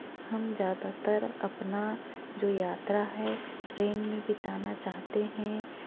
हम ज़्यादातर अपना जो यात्रा है ट्रेन में बिताना चाहते हैं